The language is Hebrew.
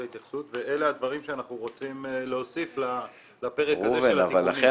ההתייחסות ואלה הדברים שאנחנו רוצים להוסיף לפרק הזה של התיקונים.